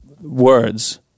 words